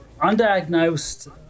undiagnosed